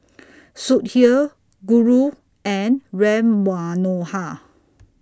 Sudhir Guru and Ram Manohar